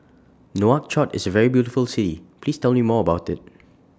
Nouakchott IS A very beautiful City Please Tell Me More about IT